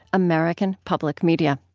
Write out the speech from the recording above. american public media